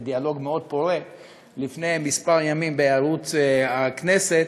דיאלוג מאוד פורה לפני כמה ימים בערוץ הכנסת